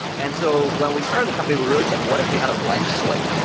and so when we started the company we really said, what if we had a blank slate?